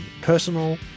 personal